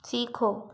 सीखो